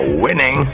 winning